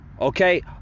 okay